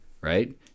right